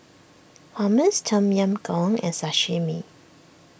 Hummus Tom Yam Goong and Sashimi